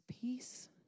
peace